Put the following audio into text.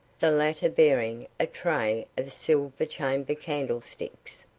the latter bearing a tray of silver chamber candlesticks.